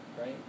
right